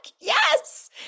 Yes